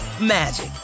magic